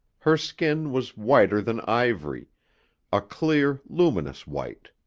her skin was whiter than ivory a clear, luminous white.